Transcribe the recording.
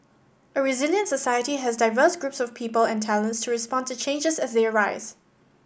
a resilient society has diverse groups of people and talents to respond to changes as they arise